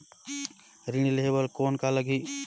ऋण लेहे बर कौन का लगही?